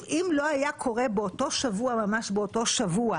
אם לא היה קורה באותו שבוע ממש באותו שבוע